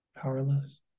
powerless